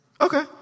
Okay